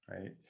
right